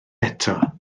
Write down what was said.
eto